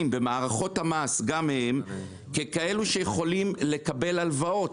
במערכות המס ככאלה שיכולים לקבל הלוואות.